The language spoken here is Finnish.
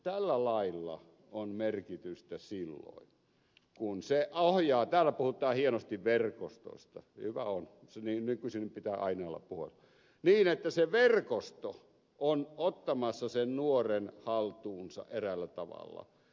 tällä lailla on merkitystä silloin kun se ohjaa täällä puhutaan hienosti verkostosta hyvä on nykyisin pitää aina olla puhe niin että se verkosto on ottamassa sen nuoren haltuunsa eräällä tavalla